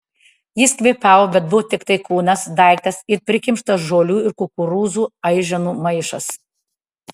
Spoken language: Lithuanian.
jis kvėpavo bet buvo tiktai kūnas daiktas it prikimštas žolių ir kukurūzų aiženų maišas